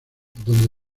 donde